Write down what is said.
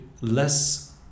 less